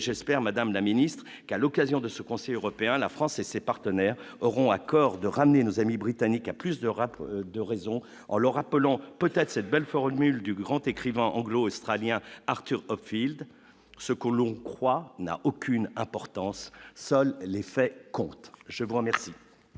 j'espère, Madame la Ministre, qu'à l'occasion de ce Conseil européen, la France et ses partenaires auront de ramener nos amis britanniques à plus de rap de raisons en le rappelant peut-être cette belle formule du grand écrivain anglo-australien Arthur au fil de ce que l'on croit n'a aucune importance, seuls les faits comptent, je vous remercie.